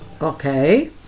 Okay